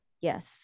Yes